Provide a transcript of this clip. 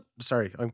Sorry